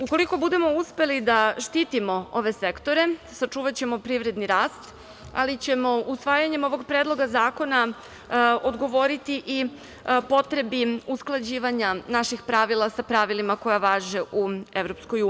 Ukoliko budemo uspeli da štitimo ove sektore sačuvaćemo privredni rast, ali ćemo usvajanjem ovog predloga zakona odgovoriti i potrebi usklađivanja naših pravila sa pravilima koja važe u EU.